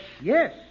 Yes